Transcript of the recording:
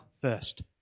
first